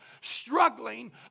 struggling